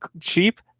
cheap